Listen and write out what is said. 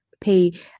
pay